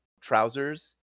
trousers